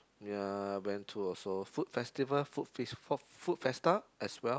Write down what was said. ya went to also food festival food f~ food fiesta as well